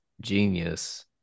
genius